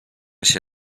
się